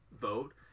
vote